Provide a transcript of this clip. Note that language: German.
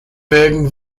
wilden